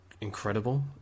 incredible